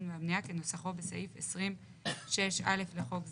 והבנייה כניסוחו בסעיף 20.6 (א') לחוק זה.